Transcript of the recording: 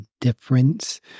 difference